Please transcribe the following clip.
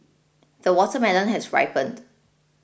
the watermelon has ripened